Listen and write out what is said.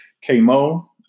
K-Mo